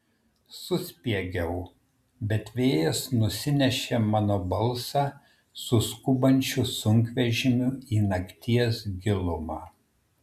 suspiegiau bet vėjas nusinešė mano balsą su skubančiu sunkvežimiu į nakties gilumą